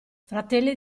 fratelli